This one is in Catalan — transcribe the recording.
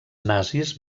nazis